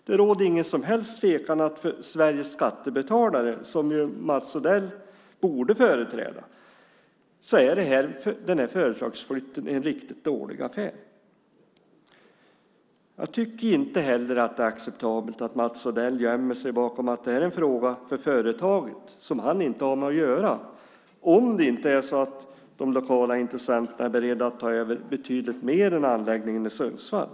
Det råder ingen som helst tvekan om att för Sveriges skattebetalare, som Mats Odell borde företräda, är den här företagsflytten en riktigt dålig affär. Jag tycker inte heller att det är acceptabelt att Mats Odell gömmer sig bakom att det här en fråga för företaget som han inte har med att göra om inte de lokala intressenterna är beredda att ta över betydligt mer än anläggningen i Sundsvall.